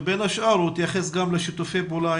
ובין השאר הוא התייחס גם לשיתופי פעולה